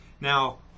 Now